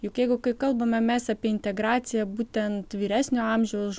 juk jeigu kai kalbame mes apie integraciją būtent vyresnio amžiaus